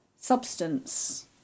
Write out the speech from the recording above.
substance